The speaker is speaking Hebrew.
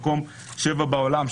מקום שביעי בעולם,